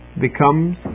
Becomes